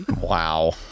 Wow